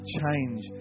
change